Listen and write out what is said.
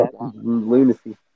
lunacy